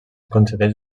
concedeix